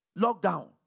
Lockdown